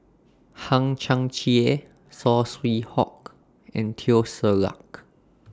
Hang Chang Chieh Saw Swee Hock and Teo Ser Luck